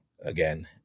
again